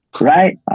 Right